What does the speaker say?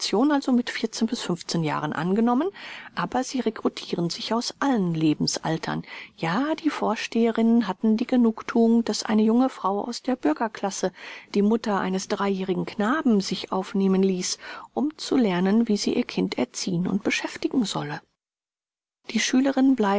also mit jahren angenommen aber sie recrutiren sich aus allen lebensaltern ja die vorsteherinnen hatten die genugthuung daß eine junge frau aus der bürgerklasse die mutter eines dreijährigen knaben sich aufnehmen ließ um zu lernen wie sie ihr kind erziehen und beschäftigen solle die schülerinnen